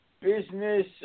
business